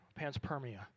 Panspermia